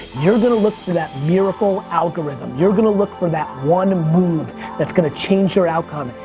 you're gonna look for that miracle algorithm. you're gonna look for that one move that's going to change your outcome,